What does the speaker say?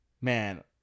man